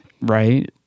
right